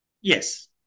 Yes